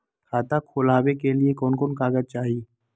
खाता खोलाबे के लिए कौन कौन कागज चाही?